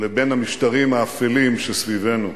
לבין המשטרים האפלים שסביבנו.